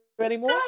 anymore